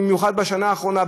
ובמיוחד בשנה האחרונה,